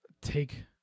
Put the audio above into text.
take